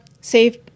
save